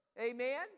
Amen